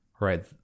right